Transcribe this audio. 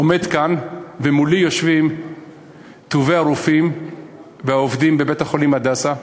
עומד כאן ומולי יושבים טובי הרופאים והעובדים בבית-החולים "הדסה",